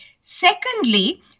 secondly